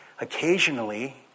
Occasionally